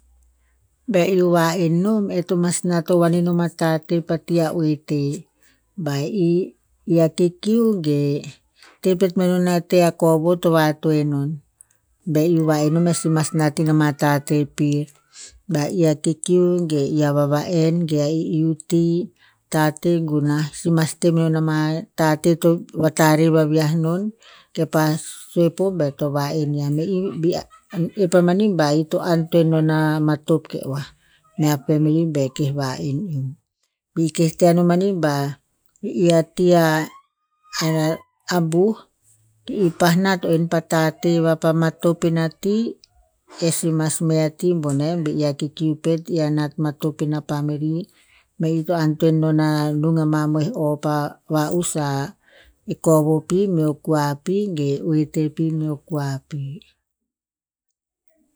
Be iu va'en nom e to mas nat vovoan inom a tate pa ti a oete. Ba e i, i a kikiu ge. Te pet menon a te a kovo to vatoe enon. Be iu va'en nom e si mas nat ina ma tate pir. Ba e i a kikiu ge, i a vava'en ge a i'iu ti. Tate gunah. Si mas te menon ama tate to vatare vaviah non, ke pah sue po be e to va'en yiah. Me i, bi a, ep a mani ba ito antoen non a matop ke oah. Mea pemeri be keh va'en eom. Bi i keh te anon mani bah, i a ti a, a abuh, ke i pah nat to en pa tate vapa matop ina ti, e si mas me a ti boneh be i a kikiu pet i a nat matop ina pamiri. Me i to antoen na nung a mamoeh o pa va'us a, e kovo pi meo kua pi ge oete pi meo kua pi